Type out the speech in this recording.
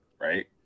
right